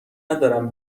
ندارم